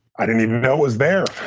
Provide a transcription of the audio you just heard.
i didn't even know it was there.